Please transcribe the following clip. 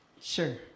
Sure